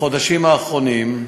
בחודשים האחרונים,